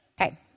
Okay